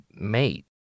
mate